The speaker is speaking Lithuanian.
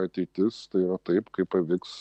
ateitis tai va taip kaip pavyks